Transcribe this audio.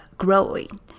growing